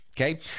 Okay